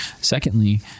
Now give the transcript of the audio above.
Secondly